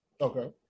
Okay